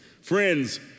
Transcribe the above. Friends